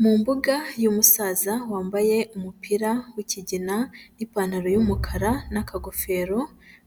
Mu mbuga y'umusaza wambaye umupira w'ikigina n'ipantaro y'umukara n'akagofero,